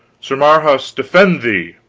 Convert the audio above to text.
sir marhaus defend thee.